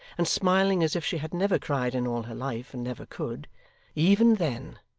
and smiling as if she had never cried in all her life and never could even then,